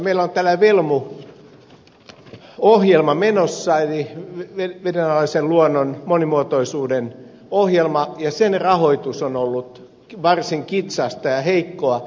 meillä on menossa tällainen velmu ohjelma eli vedenalaisen meriluonnon monimuotoisuuden inventointiohjelma ja sen rahoitus on ollut varsin kitsasta ja heikkoa